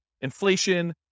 inflation